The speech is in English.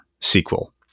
sequel